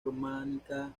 románica